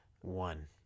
One